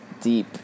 deep